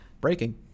Breaking